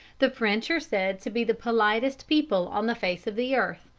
the french are said to be the politest people on the face of the earth,